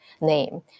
name